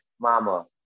mama